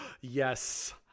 Yes